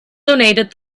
donated